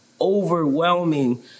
overwhelming